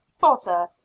bother